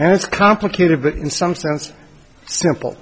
and it's complicated but in some sense simple